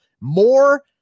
more